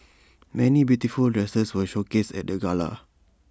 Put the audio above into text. many beautiful dresses were showcased at the gala